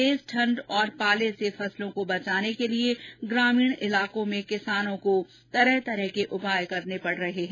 तेज ठंड और पाले से फसलों को बचाने के लिये ग्रामीण इलाकों में किसानों को विशेष उपाय करने पड़ रहे है